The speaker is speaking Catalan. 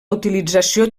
utilització